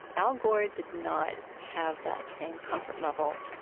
al gore did not have that same comfort level,